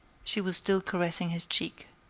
she was still caressing his cheek.